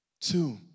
two